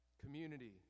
Community